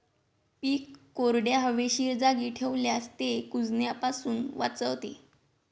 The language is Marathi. पीक कोरड्या, हवेशीर जागी ठेवल्यास ते कुजण्यापासून वाचते